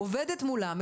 עובדת מולם,